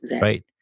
right